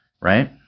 right